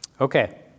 Okay